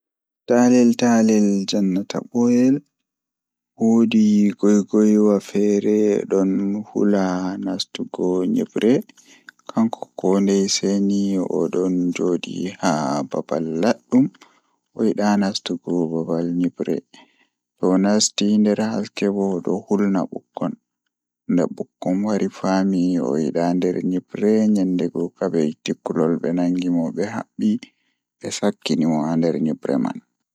Taalel taalel jannata booyel, Woodi faaturu feere don dilla sei o hefti gel dande irin hundeeji be fawnata be mai be watta haa dande do sei o yaarani baba ladde ovi laaru komi hefti baba ladde man bo sei yahi sori haa lumo o waddini be seede man be sendi kal be mal.